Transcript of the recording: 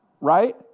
Right